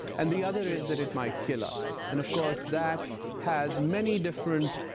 and the other is that it might kill us. and, of course, that has many different